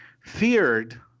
feared